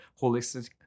holistic